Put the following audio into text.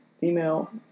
female